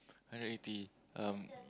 hundred eighty um